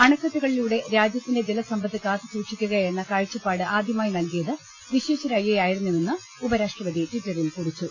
അണക്കെട്ടുകളിലൂടെ രാജ്യത്തിന്റെ ജലസമ്പത്ത് കാത്തു സൂക്ഷിക്കുകയെന്ന കാഴ്ചപ്പാട് ആദ്യമായി നൽകിയത് വിശ്വേശ്വരയ്യായിരുന്നുവെന്ന് ഉപരാഷ്ട്ര പതി ട്വിറ്ററിൽ കുറിച്ചു